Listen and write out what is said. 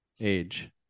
age